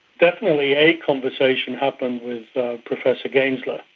definitely a conversation happened with professor gaensler.